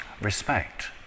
respect